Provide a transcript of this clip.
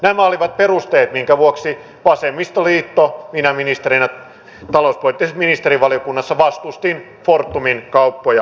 nämä olivat perusteet minkä vuoksi vasemmistoliitto minä ministerinä talouspoliittisessa ministerivaliokunnassa vastusti fortumin kauppoja carunalle